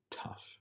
tough